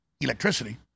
electricity